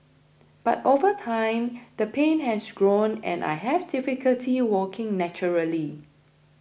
but over time the pain has grown and I have difficulty walking naturally